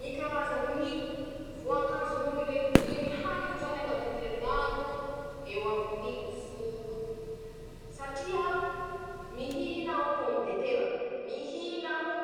Ñy karazani ñy, voankazo noho ñy legimy haniko zany añatiny heriñ'andro eo aminy folo. Satria :mihina aho pomy detera, mihina aho